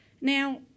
Now